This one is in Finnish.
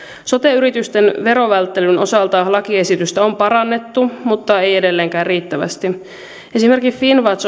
sote yritysten verovälttelyn osalta lakiesitystä on parannettu mutta ei edelleenkään riittävästi esimerkiksi finnwatch